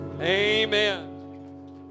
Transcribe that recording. Amen